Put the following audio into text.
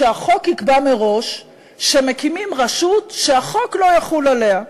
שהחוק יקבע מראש שמקימים רשות שהחוק לא יחול עליה.